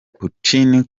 putin